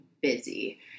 busy